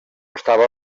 estava